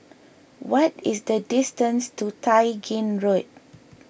what is the distance to Tai Gin Road